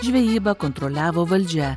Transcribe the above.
žvejybą kontroliavo valdžia